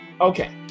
Okay